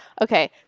okay